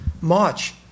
march